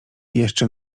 jeszcze